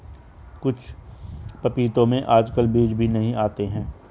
कुछ पपीतों में आजकल बीज भी नहीं आते हैं